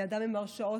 אדם עם הרשעות,